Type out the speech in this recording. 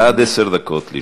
עד עשר דקות לרשותך.